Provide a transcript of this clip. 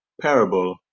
parable